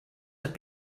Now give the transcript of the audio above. have